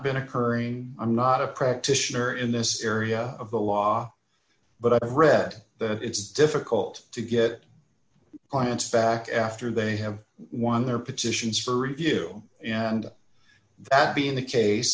been occurring i'm not a practitioner in this area of the law but i've read that it's difficult to get clients back after they have won their petitions for review and that being the case